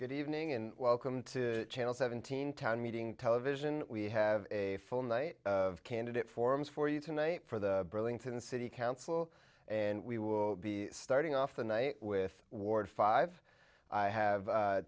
good evening and welcome to channel seventeen town meeting television we have a full night of candidate forums for you tonight for the burlington city council and we will be starting off the night with ward five i have